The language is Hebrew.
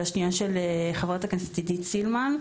והשנייה של חברת הכנסת עידית סילמן.